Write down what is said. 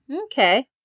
Okay